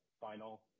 final